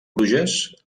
bruges